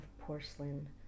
porcelain